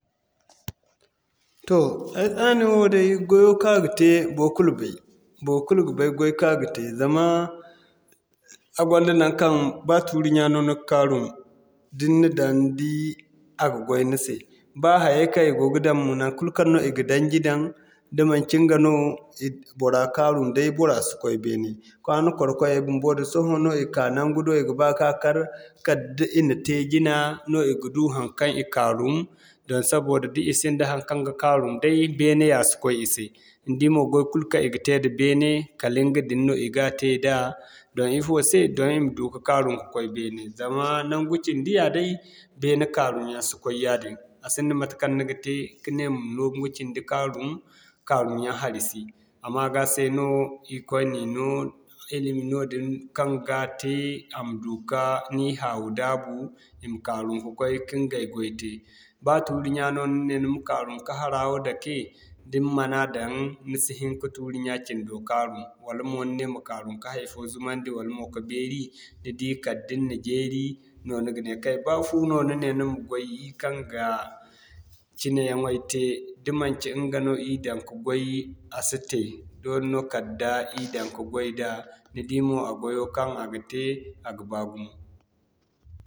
Toh aydaana wo day gwayo ka ga te baikulu bay, zama a gonda naŋkaŋ ba tuuri ɲya no ni ga kaaru da ni na daŋ ni di a ga gway ni se. Ba hayay kaŋ i go ga daŋ mo naŋkul kaŋ i ga daŋji daŋ, da manci ɲga mo bora kaarum bora si koy beene. Kwano kar koyay bumbo da da sohõ no i ka naŋgu do i ga ba ka kar, kala da i na te jina no i ga du haŋkaŋ i kaarum din saboda da i sinda haŋkaŋ ga kaarum day, beene a si koy i se. Ni di mo gway kulu kaŋ i ga te da beene kala ɲga din no i ga te da. Don ifo se, don i ma du ka kaarum ka koy beene zama naŋgu cindi yaaday beene kaarum yaŋ si koy yaadin a sinda matekaŋ ni ga te kane ma naŋgu cindi yaŋ kaarum, kaarum yaŋ hari sino. A maaga se no irkoy na i no ilimi noodin, kaŋ ga te a ma du kani hawu daabu i ma kaarum ka'koy ka ɲgay gway te. Ba tuuri ɲya no ni ne ni ma kaarum ka harawa dake, da ni ma na daŋ, ni si hin ka tuuri ɲya cindo kaarum wala mo ni ne ma kaarum ka hay'fo zumandi wala mo ka beeri ni di kala da ni na jeeri no ni ga di. Kay ba fu no ni ne ni ma gway kaŋ ga cina yaŋay te, da manci ɲga no ir daŋ ka gway a si te. Doole no kala da ir daŋ ka gway da ni di mo a gwayo kaŋ a ga te baa gumo.